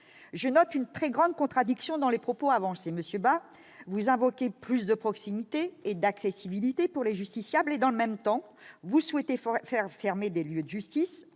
je note une grande contradiction dans les propositions avancées : monsieur Bas, vous invoquez plus de proximité et d'accessibilité pour les justiciables. Cependant, dans le même temps, vous souhaitez fermer des lieux de justice,